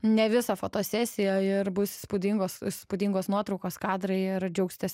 ne visą fotosesiją ir bus įspūdingos įspūdingos nuotraukos kadrai ir džiaugsitės